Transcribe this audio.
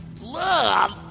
Love